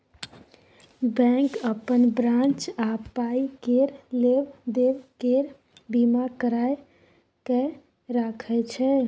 bank अपन branch आ पाइ केर लेब देब केर बीमा कराए कय राखय छै